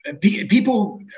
people